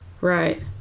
Right